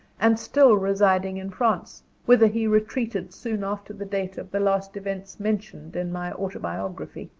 and still residing in france whither he retreated soon after the date of the last events mentioned in my autobiography.